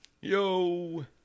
Yo